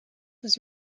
was